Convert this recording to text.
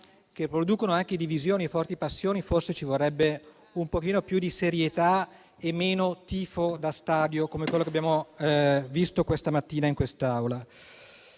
che producono anche divisioni e forti passioni, forse ci vorrebbe più serietà e meno tifo da stadio, come quello che abbiamo visto questa mattina in quest'Aula.